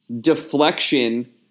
deflection